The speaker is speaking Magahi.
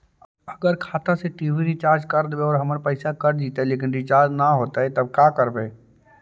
अगर खाता से टी.वी रिचार्ज कर देबै और हमर पैसा कट जितै लेकिन रिचार्ज न होतै तब का करबइ?